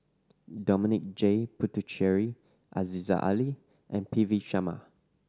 Dominic J Puthucheary Aziza Ali and P V Sharma